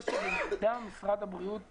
אתה אומר שבמודע משרד הבריאות --- מוחרג.